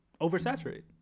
Oversaturate